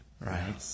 right